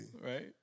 right